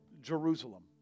Jerusalem